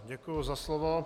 Děkuji za slovo.